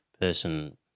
person